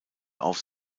auf